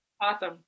Awesome